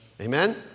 Amen